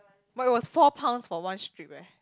but it was four pounds for one strip eh